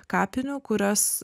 kapinių kurios